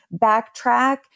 backtrack